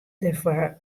derfoar